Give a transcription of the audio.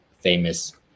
famous